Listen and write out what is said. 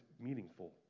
meaningful